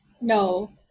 No